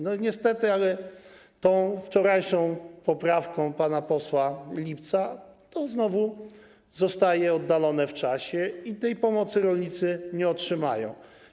Niestety, ale tą wczorajszą poprawką pana posła Lipca to znowu zostaje oddalone w czasie i tej pomocy rolnicy nie otrzymają.